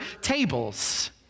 tables